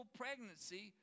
pregnancy